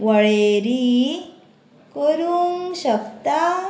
वळेरी करूंक शकता